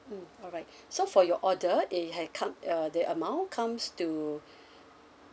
mm alright so for your order it had come uh the amount comes to